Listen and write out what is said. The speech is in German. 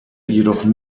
jedoch